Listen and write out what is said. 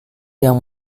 yang